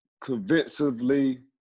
convincingly